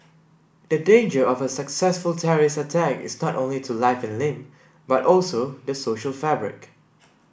the danger of a successful terrorist attack is not only to life and limb but also the social fabric